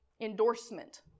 endorsement